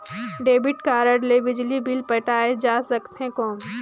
Debit card ले बिजली bill पटाय जा सकथे कौन?